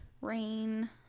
Rain